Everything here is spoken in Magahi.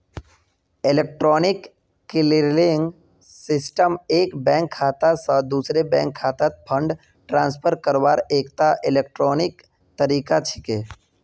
इलेक्ट्रॉनिक क्लियरिंग सिस्टम एक बैंक खाता स दूसरे बैंक खातात फंड ट्रांसफर करवार एकता इलेक्ट्रॉनिक तरीका छिके